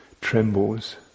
trembles